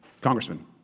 Congressman